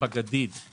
יש